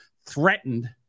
threatened